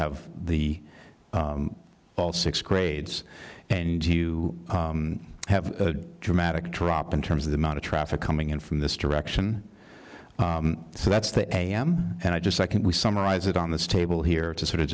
have the all six grades and you have a dramatic drop in terms of the amount of traffic coming in from this direction so that's the am and i just i can we summarize it on the table here to sort of